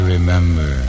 Remember